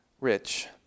rich